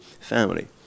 family